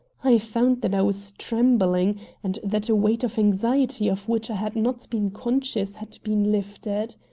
i found that i was trembling and that a weight of anxiety of which i had not been conscious had been lifted.